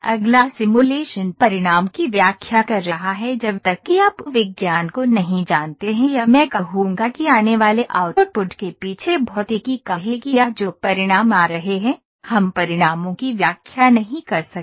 अगला सिमुलेशन परिणाम की व्याख्या कर रहा है जब तक कि आप विज्ञान को नहीं जानते हैं या मैं कहूंगा कि आने वाले आउटपुट के पीछे भौतिकी कहेगी या जो परिणाम आ रहे हैं हम परिणामों की व्याख्या नहीं कर सकते हैं